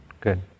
Good